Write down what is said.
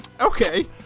okay